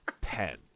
Pen